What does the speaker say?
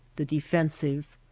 the defensive.